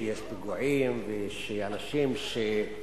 שיש פיגועים ויש אנשים ש,